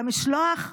את המשלוח לאושוויץ.